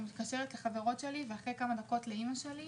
מתקשרת לחברות שלי ולאחר כמה דקות לאימא שלי.